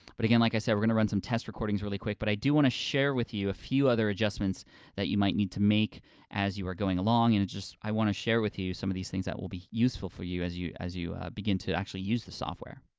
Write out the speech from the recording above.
but again like i said, we're gonna run some test recordings really quick, but i do wanna share with you a few other adjustments that you might need to make as you are going along, and it's just, i wanna share with you some of these things that will be useful for you as you as begin to actually use the software.